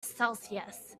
celsius